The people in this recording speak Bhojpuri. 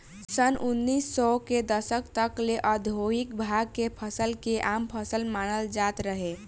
सन उनऽइस सौ के दशक तक ले औधोगिक भांग के फसल के आम फसल मानल जात रहे